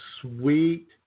sweet